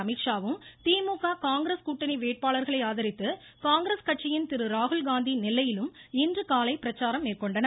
அமீத்ஷா வும் திமுக காங்கிரஸ் கூட்டணி வேட்பாளர்களை ஆதரித்து காங்கிரஸ் கட்சியின் திருராகுல் காந்தி நெல்லையிலும் இன்று காலை பிரச்சாரம் மேற்கொண்டனர்